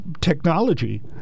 technology